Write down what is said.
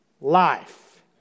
life